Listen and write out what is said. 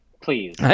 please